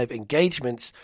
engagements